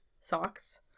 socks